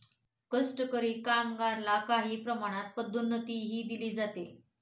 कष्टकरी कामगारला काही प्रमाणात पदोन्नतीही दिली जाते